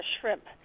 shrimp